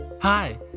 Hi